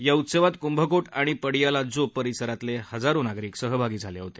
या उत्सवात कुंभको आणि पडियालजोब परिसरातले हजारो नागरिक सहभागी झाले होते